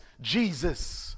Jesus